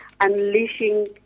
unleashing